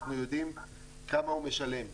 אנחנו יודעים כמה הוא משלם.